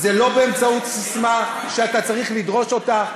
זה לא באמצעות ססמה שאתה צריך לדרוש אותה.